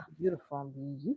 beautiful